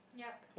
yup